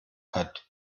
hat